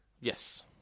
Yes